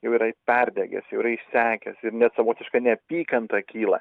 jau yra perdegęs jau yra išsekęs ir net savotiška neapykanta kyla